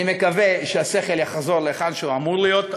אני מקווה שהשכל יחזור להיכן שהוא אמור להיות,